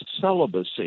celibacy